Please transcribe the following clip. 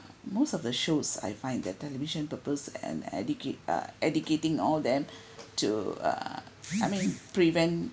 most of the shows I find that television purpose and educate uh educating all them to err I mean prevent